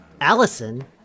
Allison